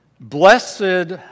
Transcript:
Blessed